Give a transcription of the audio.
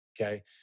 okay